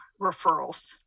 referrals